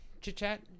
chit-chat